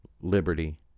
liberty